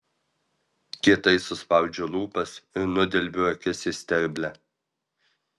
kietai suspaudžiu lūpas ir nudelbiu akis į sterblę